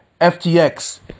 FTX